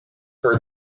her